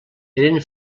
eren